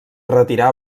retirar